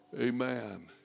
Amen